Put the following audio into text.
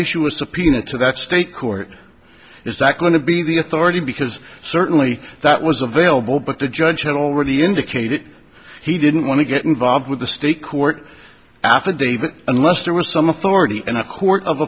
issue a subpoena to that state court is that going to be the authority because certainly that was available but the judge had already indicated he didn't want to get involved with the state court affidavit unless there was some authority and a court of